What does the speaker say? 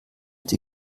die